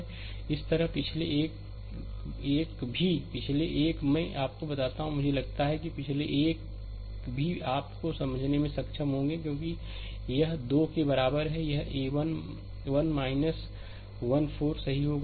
slide समय देखें 1747 इसी तरह पिछले एक भी पिछले एक मैं आपको बताता हूं कि मुझे लगता है कि पिछले एक भी आप को समझने में सक्षम होंगे क्योंकि यह 2 के बराबर है यह एक a 2 1 1 4 सही होगा